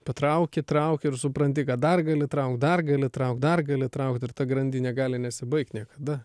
patrauki trauki ir supranti kad dar gali traukt dar gali traukt dar gali traukt ir ta grandinė gali nesibaigt niekada